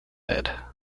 head